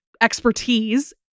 expertise